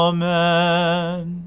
Amen